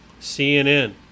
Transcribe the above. CNN